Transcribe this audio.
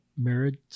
marriage